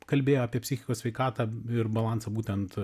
kalbėjo apie psichikos sveikatą ir balansą būtent